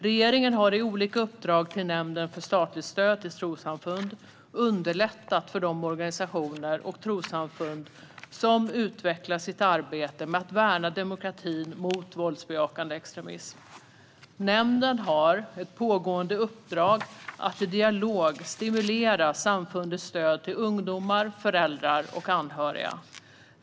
Regeringen har i olika uppdrag till Nämnden för statligt stöd till trossamfund underlättat för de organisationer och trossamfund som utvecklar sitt arbete med att värna demokratin mot våldsbejakande extremism. Nämnden har ett pågående uppdrag att i dialog stimulera samfundens stöd till ungdomar, föräldrar och anhöriga.